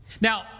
Now